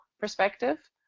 perspective